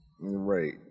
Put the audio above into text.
right